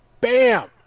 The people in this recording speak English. Bam